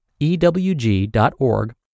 ewg.org